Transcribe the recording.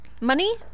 Money